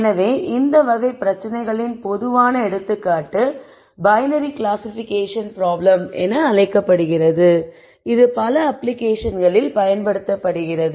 எனவே இந்த வகை பிரச்சினைகளின் பொதுவான எடுத்துக்காட்டு பைனரி கிளாசிபிகேஷன் ப்ராப்ளம் என்று அழைக்கப்படுகிறது இது பல அப்ளிகேஷன்களில் பயன்படுத்தப்படுகிறது